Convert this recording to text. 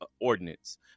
ordinance